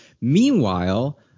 Meanwhile